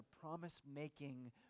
promise-making